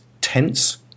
Tense